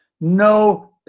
No